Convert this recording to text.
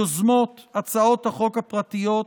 יוזמות הצעות החוק הפרטיות,